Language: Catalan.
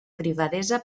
privadesa